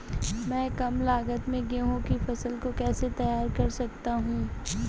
मैं कम लागत में गेहूँ की फसल को कैसे तैयार कर सकता हूँ?